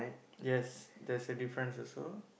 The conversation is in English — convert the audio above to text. yes there's a difference also